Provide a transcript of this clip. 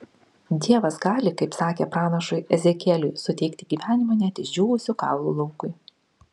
dievas gali kaip kad sakė pranašui ezekieliui suteikti gyvenimą net išdžiūvusių kaulų laukui